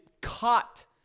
caught